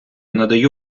надаю